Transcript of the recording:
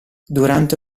durante